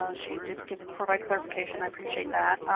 um she did provide clarification. i appreciate that.